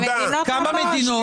כמה מדינות?